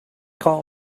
call